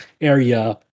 area